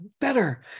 better